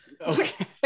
Okay